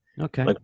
okay